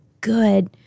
good